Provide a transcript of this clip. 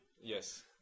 Yes